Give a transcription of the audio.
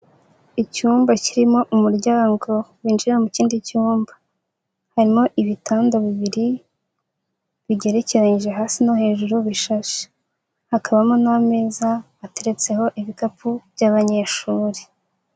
Icyumba kirimo umuryango winjira mu kindi cyumba, harimo ibitanda bibiri, bigerekeranyije hasi no hejuru bishashe, hakabamo n'ameza ateretseho ibikapu by'abanyeshuri.